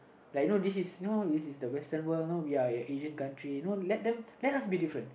like you know this is you know this is the Western world you know we are a Asian country you know let them let us be different